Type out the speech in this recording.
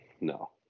no